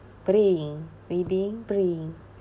praying reading praying